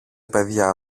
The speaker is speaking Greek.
παιδιά